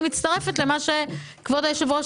אני מצטרפת לדברי היושב-ראש,